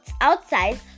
outside